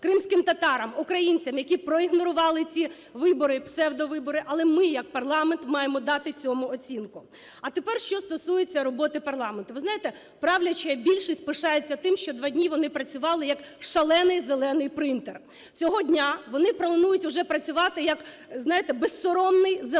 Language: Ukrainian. кримським татарам, українцям, які проігнорували ці вибори і псевдовибори. Але ми, як парламент, маємо дати цьому оцінку. А тепер, що стосується роботи парламенту. Ви знаєте, правляча більшість пишається тим, що два дні вони працювали, як "шалений зелений принтер". Цього дня вони пропонують уже працювати, як "безсоромний зелений